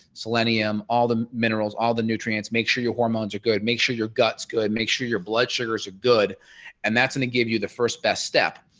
selenium all the minerals all the nutrients, make sure your hormones are good, make sure your guts good make sure your blood sugars are good and that's gonna give you the first best step.